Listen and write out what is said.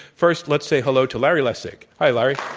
first, let's say hello to larry lessig. hi, larry.